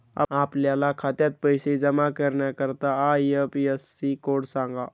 आपल्या खात्यात पैसे जमा करण्याकरता आय.एफ.एस.सी कोड सांगा